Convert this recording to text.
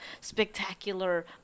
spectacular